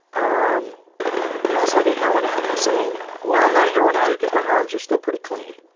um you know that's like a heroin addict saying well, i'm not a heroin addict because my arms are still pretty clean.